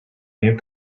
new